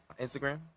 Instagram